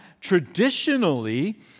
traditionally